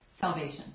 salvation